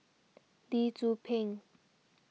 Lee Tzu Pheng